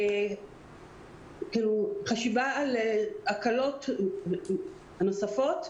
בחשיבה על ההקלות הנוספות